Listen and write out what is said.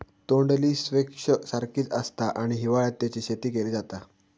तोंडली स्क्वैश सारखीच आसता आणि हिवाळ्यात तेची शेती केली जाता